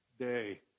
day